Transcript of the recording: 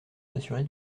s’assurer